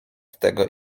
tego